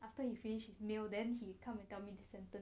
after you finish his meal then he come and tell me the sentence